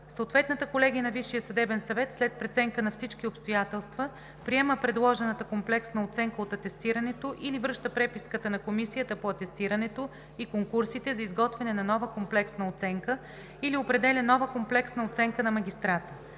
Съответната колегия на Висшия съдебен съвет, след преценка на всички обстоятелства, приема предложената комплексна оценка от атестирането или връща преписката на Комисията по атестирането и конкурсите за изготвяне на нова комплексна оценка, или определя нова комплексна оценка на магистрата.“